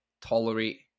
tolerate